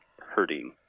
hurting